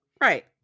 Right